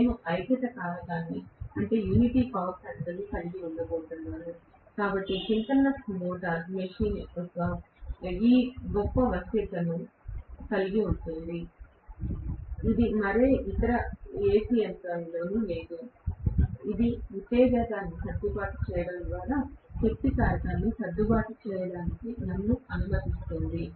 నేను ఐక్యత శక్తి కారకాన్ని కలిగి ఉండబోతున్నాను కాబట్టి సింక్రోనస్ మెషీన్ ఈ గొప్ప వశ్యతను కలిగి ఉంది ఇది మరే ఇతర AC యంత్రంలోనూ లేదు ఇది ఉత్తేజాన్ని సర్దుబాటు చేయడం ద్వారా శక్తి కారకాన్ని సర్దుబాటు చేయడానికి నన్ను అనుమతిస్తుంది